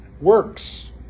works